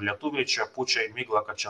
lietuviai čia pučia į miglą kad čia